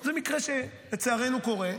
זה מקרה שלצערנו קורה.